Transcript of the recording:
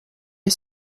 est